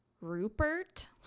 Rupert